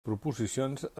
proposicions